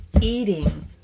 eating